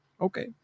Okay